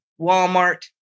Walmart